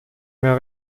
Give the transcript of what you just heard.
mehr